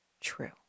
true